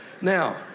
Now